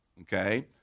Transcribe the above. okay